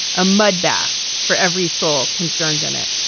a mud bath for every soul concerned in it.